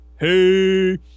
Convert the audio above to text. Hey